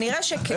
כנראה שכן.